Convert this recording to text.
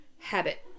habit